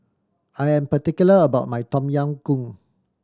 I am particular about my Tom Yam Goong